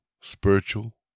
spiritual